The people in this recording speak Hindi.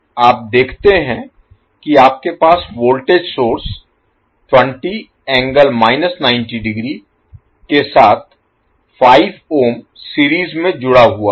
आप देखते हैं कि आपके पास वोल्टेज सोर्स 20∠ 90 ° के साथ 5 ohm सीरीज में जुड़ा हुआ है